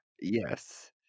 Yes